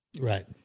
right